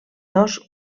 dos